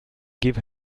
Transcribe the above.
give